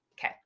Okay